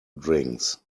drinks